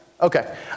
Okay